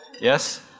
Yes